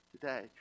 today